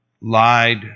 lied